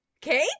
Kate